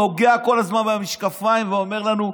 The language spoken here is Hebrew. נוגע כל הזמן במשקפיים ואומר לנו: